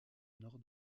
nord